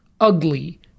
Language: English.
ugly